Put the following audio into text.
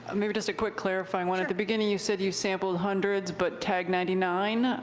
ah maybe just a quick clarifying one. at the beginning you said you sampled hundreds but tagged ninety nine.